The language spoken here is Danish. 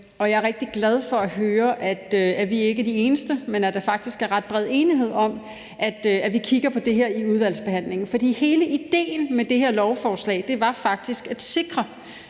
jeg er rigtig glad for at høre, at vi ikke er de eneste, der er bekymrede, men at der faktisk er ret bred enighed om, at vi kigger på det her i udvalgsbehandlingen. For hele idéen med det her lovforslag var faktisk at sikre